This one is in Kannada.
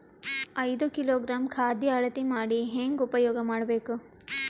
ಐದು ಕಿಲೋಗ್ರಾಂ ಖಾದ್ಯ ಅಳತಿ ಮಾಡಿ ಹೇಂಗ ಉಪಯೋಗ ಮಾಡಬೇಕು?